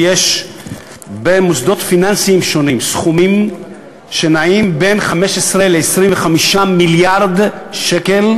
שיש במוסדות פיננסים שונים סכומים שנעים בין 15 ל-25 מיליארד שקל,